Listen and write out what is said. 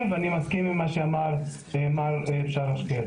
ואני מסכים עם מה שאמר מר בשארה שוקייר.